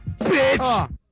bitch